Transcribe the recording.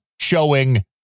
showing